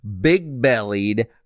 big-bellied